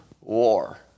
war